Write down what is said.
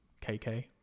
kk